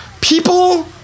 People